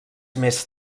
més